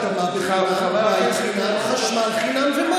אף אחד לא חושב.